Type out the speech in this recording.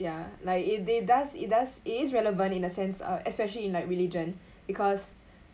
ya like it it does it does it is relevant in a sense uh especially in like religion because